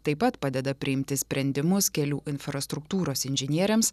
taip pat padeda priimti sprendimus kelių infrastruktūros inžinieriams